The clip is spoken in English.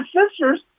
sisters